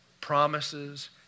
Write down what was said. promises